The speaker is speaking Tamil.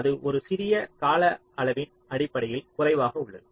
அது ஒரு சிறிய கால அளவின் அடிப்படையில் குறைவாக உள்ளது